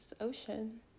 Ocean